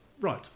Right